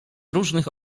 różnych